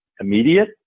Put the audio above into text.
immediate